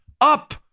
up